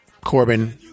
Corbin